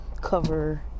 cover